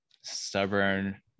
stubborn